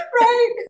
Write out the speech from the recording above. Right